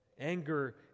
Anger